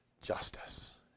justice